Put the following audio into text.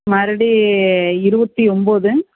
மறுப்படி இருபத்தி ஒம்பது